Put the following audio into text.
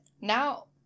Now